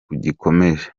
gikomeje